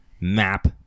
map